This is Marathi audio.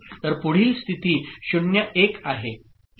तर पुढील स्थिती 0 1 आहे